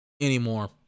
anymore